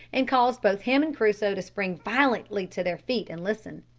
and caused both him and crusoe to spring violently to their feet and listen.